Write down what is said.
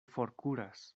forkuras